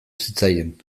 zitzaien